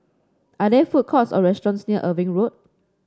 are there food courts or restaurants near Irving Road